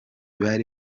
bari